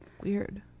weird